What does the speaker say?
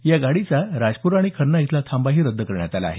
या गाडीचा राजपुरा आणि खन्ना इथला थांबा रद्द करण्यात आला आहे